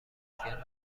آزمایشگر